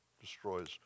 destroys